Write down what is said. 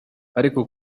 ariko